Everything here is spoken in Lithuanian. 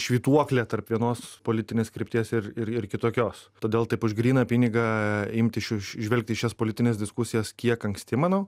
švytuoklė tarp vienos politinės krypties ir ir kitokios todėl taip už gryną pinigą imti iš žvelgti šias politines diskusijas kiek anksti manau